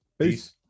peace